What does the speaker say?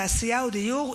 תעשייה או דיור,